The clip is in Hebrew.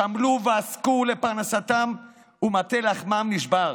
שעמלו ועסקו לפרנסתם ומטה לחמם נשבר.